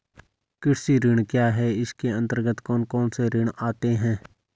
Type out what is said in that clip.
कृषि ऋण क्या है इसके अन्तर्गत कौन कौनसे ऋण आते हैं?